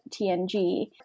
TNG